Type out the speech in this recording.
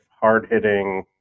Hard-hitting